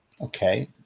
Okay